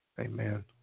Amen